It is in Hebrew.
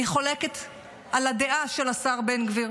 אני חולקת על הדעה של השר בן גביר.